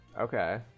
Okay